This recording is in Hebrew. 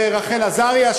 ורחל עזריה,